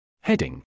Heading